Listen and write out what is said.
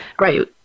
right